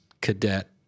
Cadet